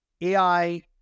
AI